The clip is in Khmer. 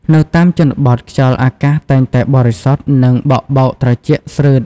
នៅតាមជនបទ ខ្យល់អាកាសតែងតែបរិសុទ្ធ និងបក់បោកត្រជាក់ស្រឺត។